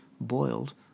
boiled